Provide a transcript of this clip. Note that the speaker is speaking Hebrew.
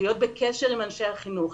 להיות בקשר עם אנשי החינוך,